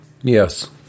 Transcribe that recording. Yes